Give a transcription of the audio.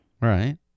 Right